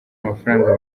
mafaranga